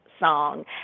Song